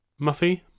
Muffy